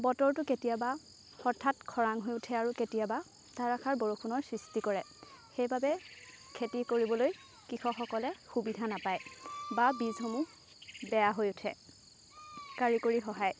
বতৰটো কেতিয়াবা হঠাৎ খৰাং হৈ উঠে আৰু কেতিয়াবা ধাৰাসাৰ বৰষুণৰ সৃষ্টি কৰে সেইবাবে খেতি কৰিবলৈ কৃষকসকলে সুবিধা নাপায় বা বীজসমূহ বেয়া হৈ উঠে কাৰিকৰী সহায়